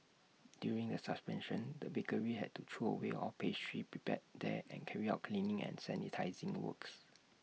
during the suspension the bakery had to throw away all pastries prepared there and carry out cleaning and sanitising works